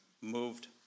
moved